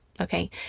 okay